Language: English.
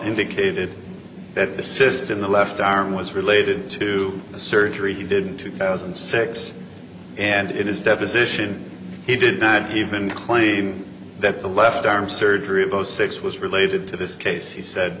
indicated that the system the left arm was related to the surgery he did two thousand and six and it is deposition he did not even claim that the left arm surgery of zero six was related to this case he said